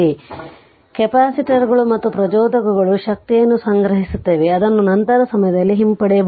ಆದ್ದರಿಂದ ಕೆಪಾಸಿಟರ್ಗಳು ಮತ್ತು ಪ್ರಚೋದಕಗಳು ಶಕ್ತಿಯನ್ನು ಸಂಗ್ರಹಿಸುತ್ತವೆ ಅದನ್ನು ನಂತರದ ಸಮಯದಲ್ಲಿ ಹಿಂಪಡೆಯಬಹುದು